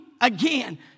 again